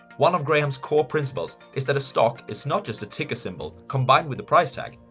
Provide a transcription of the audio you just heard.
one of graham's core principles, is that a stock is not just a ticker symbol combined with a price tag,